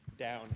down